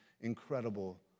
incredible